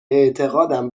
اعتقادم